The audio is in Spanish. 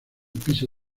piso